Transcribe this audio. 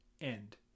End